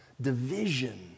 division